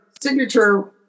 signature